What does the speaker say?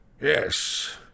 Yes